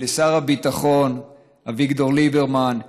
ולשר הביטחון אביגדור ליברמן,